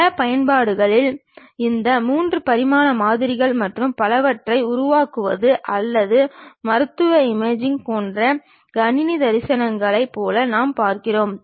பல பயன்பாடுகளில் இந்த 3 பரிமாண மாதிரிகள் மற்றும் பலவற்றை உருவாக்குவது அல்லது மருத்துவ இமேஜிங் போன்ற கணினி தரிசனங்களைப் போல நாம் பார்க்கிறோம்